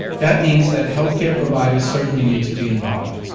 that means that healthcare providers certainly need to be involved.